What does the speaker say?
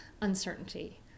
uncertainty